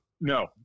No